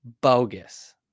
Bogus